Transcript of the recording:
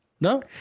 No